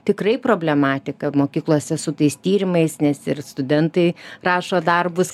tikrai problematika mokyklose su tais tyrimais nes ir studentai rašo darbus